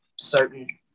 certain